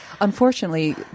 unfortunately